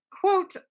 quote